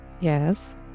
Yes